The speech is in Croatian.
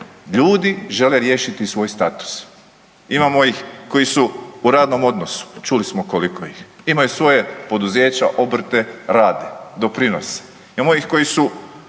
ljudi žele riješiti svoj status. Imamo ih koji su u radnom odnosu, čuli smo koliko ih je. Imaju svoja poduzeća, obrte, rade, doprinose.